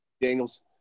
Daniels